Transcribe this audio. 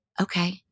Okay